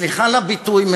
סליחה על הביטוי,